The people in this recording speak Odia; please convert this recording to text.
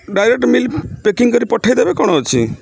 ଡାଇରେକ୍ଟ୍ ମିଲ୍ ପ୍ୟାକିଂ କରି ପଠାଇ ଦେବେ କ'ଣ ଅଛି